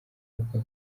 uko